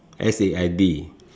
S A I D